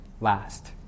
last